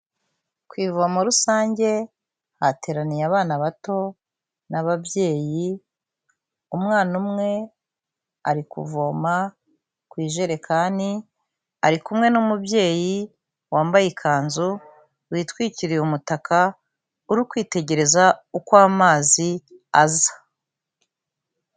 Ku ivomo rusange hateraniye abana bato n'ababyeyi, umwana umwe ari kuvoma ku ijerekani, ari kumwe n'umubyeyi wambaye ikanzu, witwikiriye umutaka, uri kwitegereza uko amazi aza.